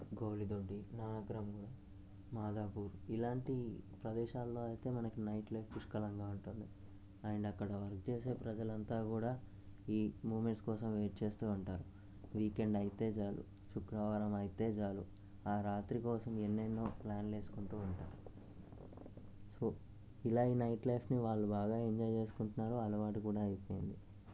గౌలిదొడ్డి నానక్రామ్ మాదాపూర్ ఇలాంటి ప్రదేశాలలో అయితే మనకు నైట్ లైఫ్ పుష్కలంగా ఉంటుంది అండ్ అక్కడ వర్క్ చేసే ప్రజలు అంతా కూడా ఈ మూమెంట్స్ కోసం వెయిట్ చేస్తు ఉంటారు వీకెండ్ అయితే చాలు శుక్రవారం అయితే చాలు ఆ రాత్రి కోసం ఎన్నెన్నో ప్లాన్ లు వేసుకుంటు ఉంటారు సో ఇలా నైట్ లైఫ్ని వాళ్ళు బాగా ఎంజాయ్ చేసుకుంటున్నారు అలవాటు కూడా అయిపోయింది